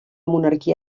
monarquia